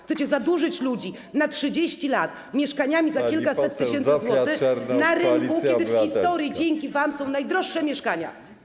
Chcecie zadłużyć ludzi na 30 lat mieszkaniami za kilkaset tysięcy złotych na rynku, kiedy w historii, dzięki wam, są najdroższe mieszkania.